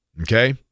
Okay